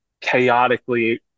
chaotically